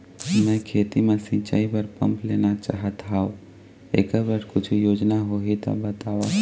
मैं खेती म सिचाई बर पंप लेना चाहत हाव, एकर बर कुछू योजना होही त बताव?